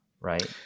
Right